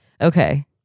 Okay